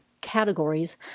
categories